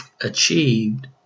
achieved